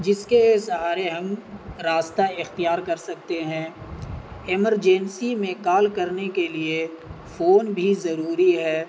جس کے سہارے ہم راستہ اختیار کر سکتے ہیں ایمرجنسی میں کال کرنے کے لیے فون بھی ضروری ہے